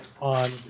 on